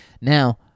now